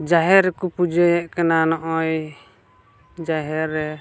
ᱡᱟᱦᱮᱨ ᱨᱮᱠᱚ ᱯᱩᱡᱟᱹᱭᱮᱫ ᱠᱟᱱᱟ ᱱᱚᱜᱼᱚᱭ ᱡᱟᱦᱮᱨ ᱨᱮ